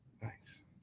Nice